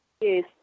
Yes